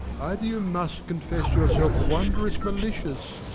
either you must confess yourselves wondrous malicious,